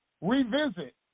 revisit